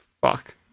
Fuck